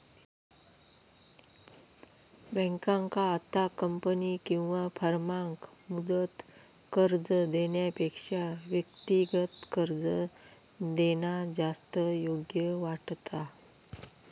बँकेंका आता कंपनी किंवा फर्माक मुदत कर्ज देण्यापेक्षा व्यक्तिगत कर्ज देणा जास्त योग्य वाटता